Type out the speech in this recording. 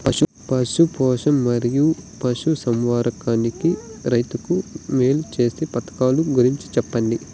పశు పోషణ మరియు పశు సంవర్థకానికి రైతుకు మేలు సేసే పథకాలు గురించి చెప్పండి?